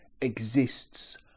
exists